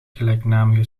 gelijknamige